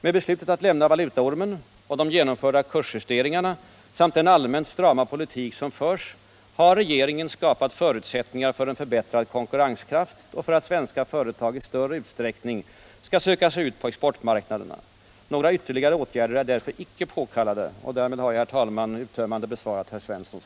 Med beslutet att lämna valutaormen och de genomförda kursjusteringarna samt den allmänt strama politik som förs har regeringen skapat förutsättningar för en förbättrad konkurrenskraft och för att svenska företag i större utsträckning skall söka sig ut på exportmarknaderna. Några ytterligare åtgärder är därför icke påkallade. Därmed har jag, herr talman, uttömmande besvarat herr Svenssons